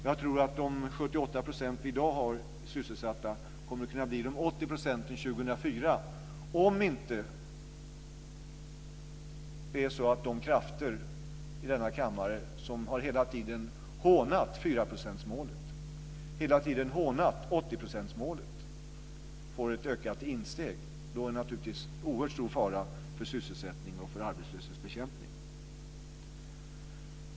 Jag tror att de 78 % som vi i dag har sysselsatta kommer att kunna bli 80 % år 2004, om inte de krafter i denna kammare som hela tiden har hånat 4-procentsmålet och 80-procentsmålet får ett ökat insteg. Då är det naturligtvis en oerhört stor fara för sysselsättning och för arbetslöshetsbekämpning.